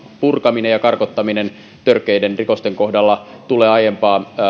purkaminen ja karkottaminen törkeiden rikosten kohdalla tulee aiempaa